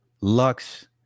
lux